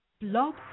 Blog